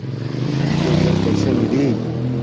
हमके ऋण कईसे मिली?